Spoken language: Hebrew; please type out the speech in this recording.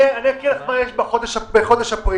אני אקריא לך מה יש בחודש אפריל.